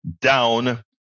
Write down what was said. down